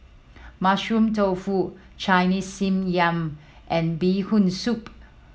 Mushroom Tofu Chinese Steamed Yam and Bee Hoon Soup